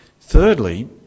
Thirdly